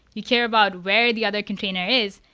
you care about where the other container is,